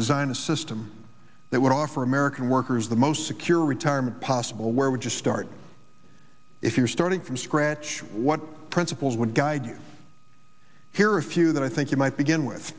design a system that would offer american workers the most secure retirement possible where we just start if you're starting from scratch what principles would guide you here are a few that i think you might begin with